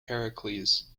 heracles